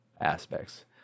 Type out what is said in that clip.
aspects